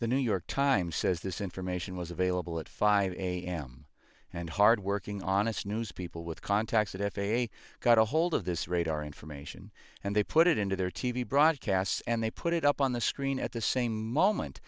the new york times says this information was available at five a m and hard working honest news people with contacts at f a a got ahold of this radar information and they put it into their t v broadcasts and they put it up on the screen at the same moment